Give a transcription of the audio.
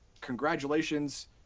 congratulations